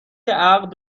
عقد